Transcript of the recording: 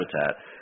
habitat